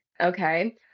okay